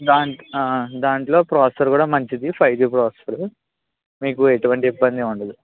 దాంట్లో ప్రాసెసర్ కూడా మంచిది ఫైవ్ జీ కూడా వస్తుంది మీకు ఎటువంటి ఇబ్బంది ఉండదు